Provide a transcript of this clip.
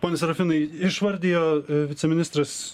ponia serafinai išvardijo viceministras